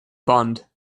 bond